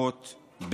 אחות,